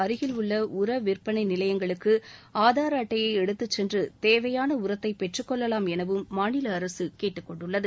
அருகில் உள்ள உர விற்பனை நிலையங்களுக்கு ஆதார் ஆட்டையை எடுத்துச் சென்று தேவையான உரத்தை பெற்றுக் கொள்ளலாம் எனவும் மாநில அரசு கேட்டுக் கொண்டுள்ளது